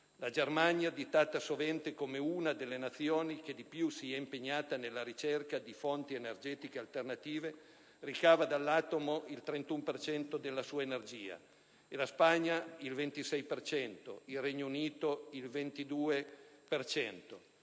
La Germania, additata sovente come una delle Nazioni che di più si è impegnata nella ricerca delle fonti energetiche alternative, ricava dall'atomo il 31 per cento della sua energia, la Spagna il 26 per cento ed il Regno Unito il 22